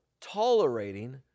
tolerating